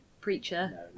Preacher